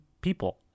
people